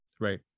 right